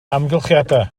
amgylchiadau